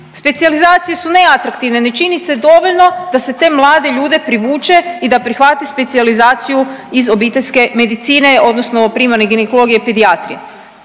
Specijalizacije su neatraktivne, ne čini se dovoljno da se te mlade ljude privuče i da prihvate specijalizaciju iz obiteljske medicine odnosno primarne ginekologije i pedijatrije.